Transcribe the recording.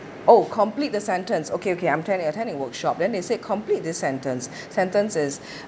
oh complete the sentence okay okay I'm attend~ attending workshop then it says complete the sentence sentence is